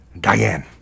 diane